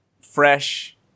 fresh